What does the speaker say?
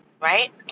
right